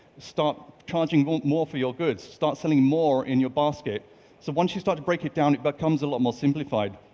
start charging but more for your goods, start selling more in your basket. so once you start to break it down, it becomes a lot more simplified.